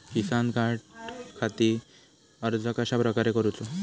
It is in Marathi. किसान कार्डखाती अर्ज कश्याप्रकारे करूचो?